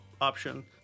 option